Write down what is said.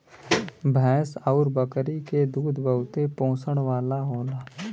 भैंस आउर बकरी के दूध बहुते पोषण वाला होला